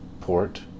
port